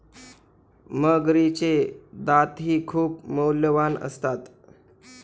मगरीचे दातही खूप मौल्यवान असतात